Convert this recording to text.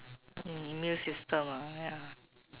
immune system ya